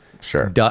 sure